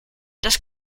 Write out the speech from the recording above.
das